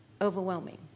overwhelming